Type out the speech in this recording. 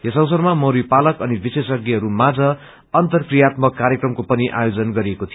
यस अवसरमा मौरी पालक अनि विशेष्जहरू माझ अन्तर कृयात्मक कार्यक्रमको पनि आयोजन गरिएको थियो